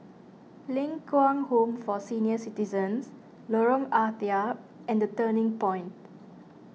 Ling Kwang Home for Senior Citizens Lorong Ah Thia and the Turning Point